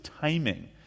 timing